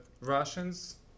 Russians